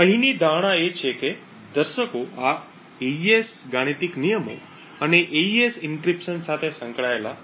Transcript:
અહીંની ધારણા એ છે કે દર્શકો આ એઇએસ ગાણિતીક નિયમો અને એઇએસ એન્ક્રિપ્શન સાથે સંકળાયેલા